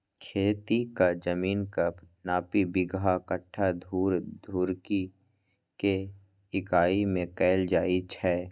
खेतीक जमीनक नापी बिगहा, कट्ठा, धूर, धुड़की के इकाइ मे कैल जाए छै